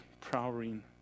prowling